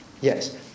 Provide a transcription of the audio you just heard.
Yes